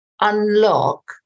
unlock